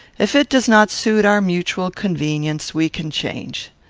if it does not suit our mutual convenience, we can change.